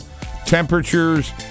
temperatures